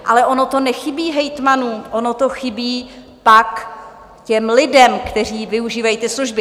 Ale ono to nechybí hejtmanům, ono to chybí pak těm lidem, kteří využívají ty služby.